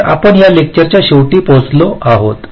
तर आपण या लेक्चरच्या शेवटी पोहोचलो आहोत